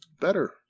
better